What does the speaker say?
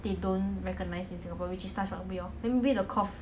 but in like new zealand all these right there's like they hold